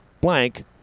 blank